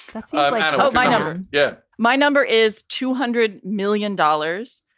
that's ah kind of my number. yeah. my number is two hundred million dollars.